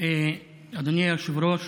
אדוני היושב-ראש,